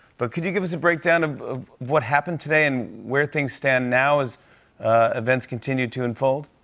but could you give us a breakdown of of what happened today and where things stand now as events continue to unfold?